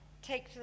Take